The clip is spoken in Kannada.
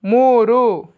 ಮೂರು